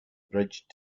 bridge